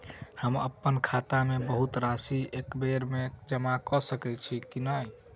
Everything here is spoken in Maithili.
हम अप्पन खाता मे बहुत राशि एकबेर मे जमा कऽ सकैत छी की नै?